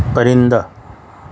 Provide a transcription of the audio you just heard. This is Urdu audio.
پرندہ